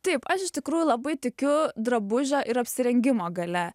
taip aš iš tikrųjų labai tikiu drabužio ir apsirengimo galia